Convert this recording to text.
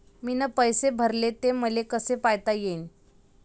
मीन पैसे भरले, ते मले कसे पायता येईन?